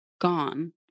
gone